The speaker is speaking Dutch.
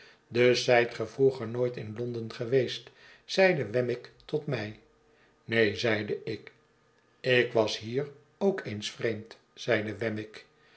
zijt ge vroeger nooit in londen geweest zeide wemmick tot mij neen zeide ik ik was hier ook eens vreemd zeide wemmick